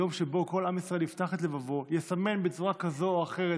יום שבו כל עם ישראל יפתח את לבבו ויסמן בצורה כזו או אחרת,